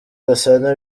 gasana